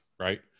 Right